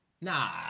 Nah